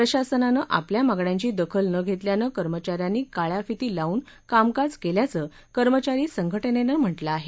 प्रशासनानं आपल्या मागण्याधी दखल न घेतल्यानं कर्मचाऱ्यात्ती काळ्या फिती लावून कामकाजात केल्याचं कर्मचारी सद्दिनेनं म्हटलं आहे